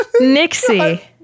Nixie